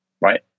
right